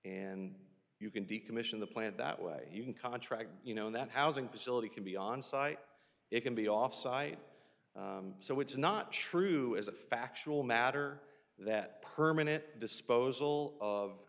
and you can decommission the plant that way you can contract you know that housing facility can be on site it can be offsite so it's not true as a factual matter that permit disposal of